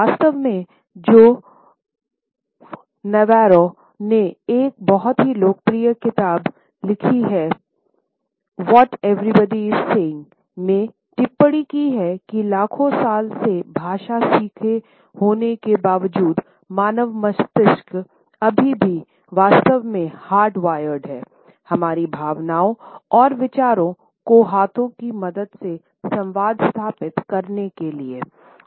वास्तव में जो नवारो है हमारी भावनाओं और विचारों को हाथों की मदद से संवाद स्थापित करने के लिए